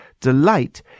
Delight